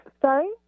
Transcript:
Sorry